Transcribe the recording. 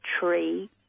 tree